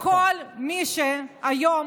וכל מי שהיום